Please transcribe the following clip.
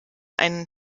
einen